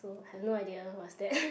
I have no idea what's that